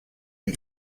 and